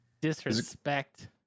Disrespect